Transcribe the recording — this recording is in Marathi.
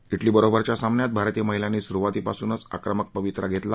इटलीबरोबरच्या सामन्यात भारतीय महिलांनी सुरुवातीपासूनच आक्रमक पवित्रा घेतला